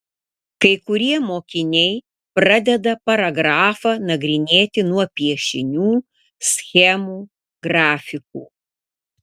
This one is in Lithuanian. kai kurie mokiniai pradeda paragrafą nagrinėti nuo piešinių schemų grafikų